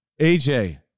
AJ